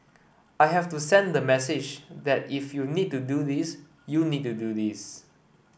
I have to send the message that if you need to do this you need to do this